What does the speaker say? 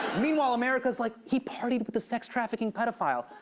meanwhile, america's like, he partied with a sex-trafficking pedophile.